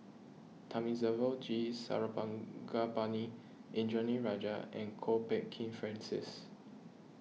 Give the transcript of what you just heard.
Thamizhavel G Sarangapani Indranee Rajah and Kwok Peng Kin Francis